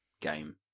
game